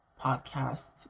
podcast